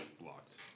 blocked